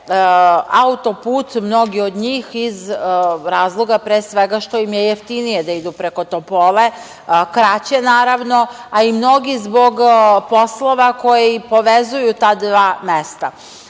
autoput, mnogi od njih, iz razloga, pre svega, što im je jeftinije da idu preko Topole, kraće, naravno, a i mnogi zbog poslova koji povezuju ta dva